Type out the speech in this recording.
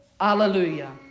Hallelujah